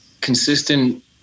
consistent